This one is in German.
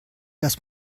das